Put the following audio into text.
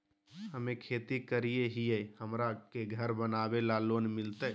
हमे खेती करई हियई, हमरा के घर बनावे ल लोन मिलतई?